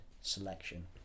selection